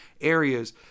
areas